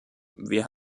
wir